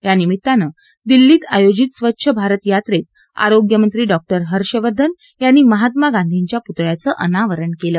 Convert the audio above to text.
यानिमित्तानं दिल्लीत आयोजित स्वच्छ भारत यात्रेत आरोग्यमंत्री डॉ हर्षवर्धन यांनी महात्मा गांधीच्या पुतळयाचं अनावरण केलं